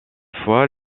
fois